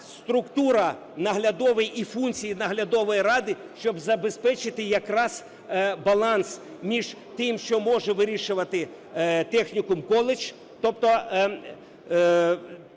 структура наглядова і функції наглядової ради, щоб забезпечити якраз баланс між тим, що може вирішувати технікум, коледж, тобто